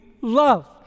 love